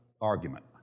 argument